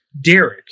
Derek